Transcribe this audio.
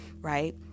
right